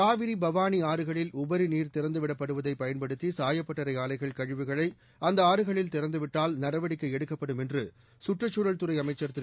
காவிரி பவானி ஆறுகளில் உபரி நீர் திறந்துவிடப்படுவதை பயன்படுத்தி சாயப்பட்டறை ஆலைகள் கழிவுகளை அந்த ஆறுகளில் திறந்துவிட்டால் நடவடிக்கை எடுக்கப்படும் என்று கற்றுச்சூழல் துறை அமைச்சர் திரு